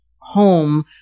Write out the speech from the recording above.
home